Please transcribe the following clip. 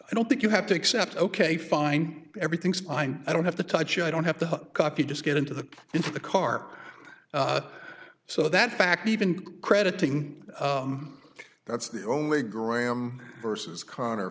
i don't think you have to accept ok fine everything's fine i don't have to touch i don't have to copy just get into the into the car so that fact even crediting that's the only graham versus conn